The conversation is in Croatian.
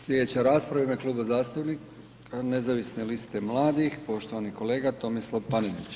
Sljedeća rasprava u ime Kluba zastupnika Nezavisne liste mladih poštovani kolega Tomislav Panenić.